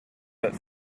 but